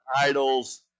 idols